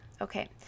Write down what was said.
okay